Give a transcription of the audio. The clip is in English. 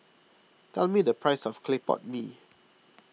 tell me the price of Clay Pot Mee